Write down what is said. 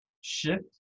shift